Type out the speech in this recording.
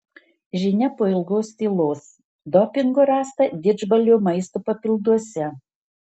žinia po ilgos tylos dopingo rasta didžbalio maisto papilduose